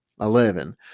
Eleven